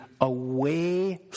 away